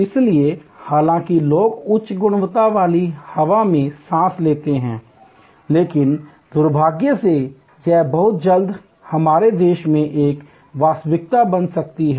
इसलिए हालांकि लोग उच्च गुणवत्ता वाली हवा में सांस लेते हैं लेकिन दुर्भाग्य से यह बहुत जल्द हमारे देश में एक वास्तविकता बन सकती है